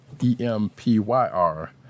E-M-P-Y-R